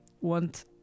want